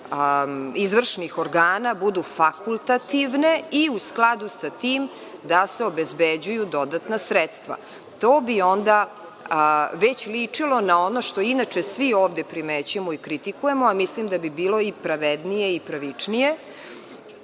izvršnih organa, budu fakultativne i u skladu sa tim, da se obezbeđuju dodatna sredstva. To bi onda već ličilo na ono što inače svi ovde primećujemo i kritikujemo, a mislim da bi bilo i pravednije i pravičnije.S